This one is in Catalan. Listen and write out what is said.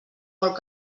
molt